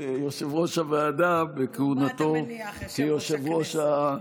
יושב-ראש הוועדה בכהונתו כיושב-ראש הישיבה.